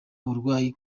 uburwayi